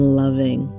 loving